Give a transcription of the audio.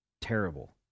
terrible